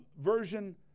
version